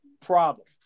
problem